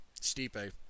Stipe